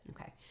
Okay